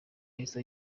yahise